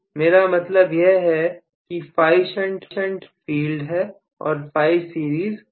मेरा मतलब यह है कि φ शंट फील्ड है और φ सीरीज फील्ड है